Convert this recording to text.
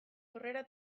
aurrera